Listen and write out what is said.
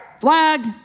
flag